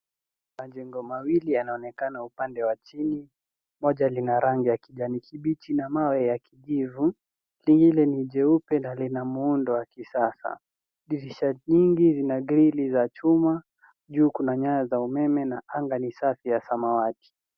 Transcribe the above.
Majengo mawili yanaonekana upande wa chini. Moja lina rangi ya kijani kibichi na mawe ya kijivu, lingine ni jeupe na lina muundo wa kisasa. Dirisha nyingi zina grili za chuma. Juu kuna nyaya za umeme na anga ni safi ya samawati.